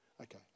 Okay